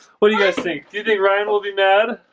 what do you guys think do you think ryan will be mad